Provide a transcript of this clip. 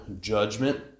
judgment